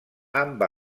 amb